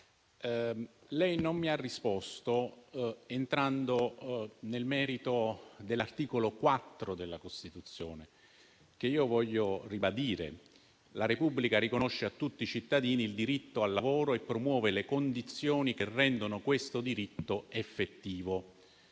Lei non ha risposto entrando nel merito dell'articolo 4 della Costituzione, che voglio ricordare: «La Repubblica riconosce a tutti i cittadini il diritto al lavoro e promuove le condizioni che rendano effettivo